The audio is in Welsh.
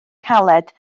caled